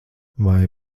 vai